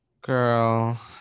Girl